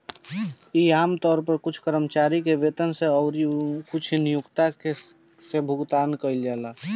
इ आमतौर पर कुछ कर्मचारी के वेतन से अउरी कुछ नियोक्ता से भुगतान कइल जाला